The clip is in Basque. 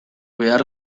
behar